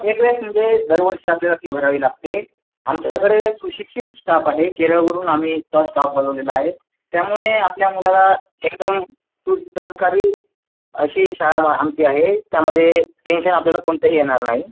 एक वेळेस म्हणजे दरवर्षी आपल्याला फी भरावी लागते आमच्याकडे सुशिक्षित स्टाफ आहे केरळवरून आम्ही तो स्टाफ बोलवलेला आहे त्यामुळे आपल्या मुलाला एकदम सूट कारी अशी शाळा आमची आहे त्यामध्ये टेंशन आपल्याला कोणतंही येणार नाही